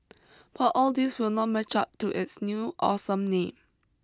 but all these will not match up to its new awesome name